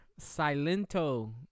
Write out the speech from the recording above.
Silento